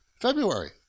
February